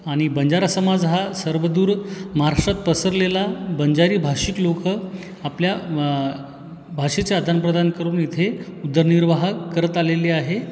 आणि बंजारा समाज हा सर्वदूर महाराष्ट्रात पसरलेला बंजारीभाषिक लोक आपल्या भाषेचे आदानप्रदान करून इथे उदरनिर्वाह करत आलेले आहे